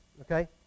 Okay